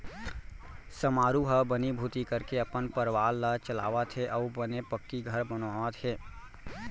समारू ह बनीभूती करके अपन परवार ल चलावत हे अउ बने पक्की घर बनवावत हे